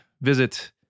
visit